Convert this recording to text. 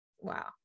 wow